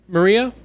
Maria